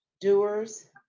doers